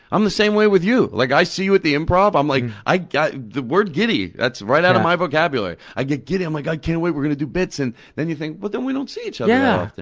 i'm the same way with you. like i see you at the improve, i'm like i get the word giddy. that's right out of my vocabulary. i get giddy. i'm like, i can't wait. we're going to do bits. and then you think, but then we don't see each other yeah that